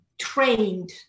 trained